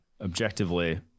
objectively